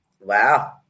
Wow